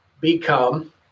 become